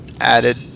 added